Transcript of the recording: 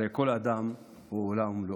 הרי כל אדם הוא עולם ומלואו.